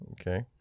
Okay